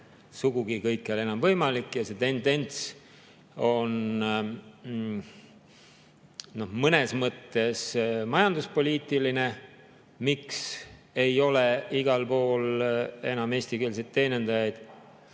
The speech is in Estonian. sugugi kõikjal enam võimalik. See tendents on mõnes mõttes majanduspoliitiline, miks ei ole igal pool enam eestikeelseid teenindajaid.